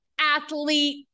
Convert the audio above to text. athlete